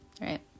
right